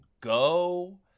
go